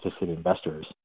investors